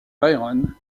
byron